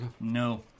No